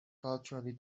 culturally